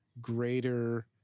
greater